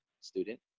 student